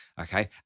okay